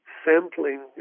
sampling